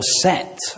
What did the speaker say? set